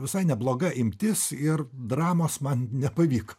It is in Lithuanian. visai nebloga imtis ir dramos man nepavyko